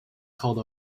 called